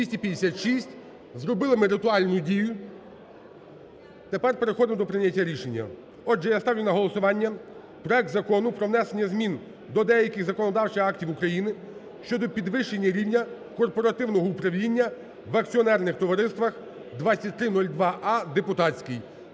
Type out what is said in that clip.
За-256 Зробили ми ритуальну дію. Тепер приходимо до прийняття рішення. Отже, я ставлю на голосування проект Закону про внесення змін до деяких законодавчих актів України щодо підвищення рівня корпоративного управління в акціонерних товариствах 2302а (депутатський)